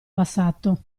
passato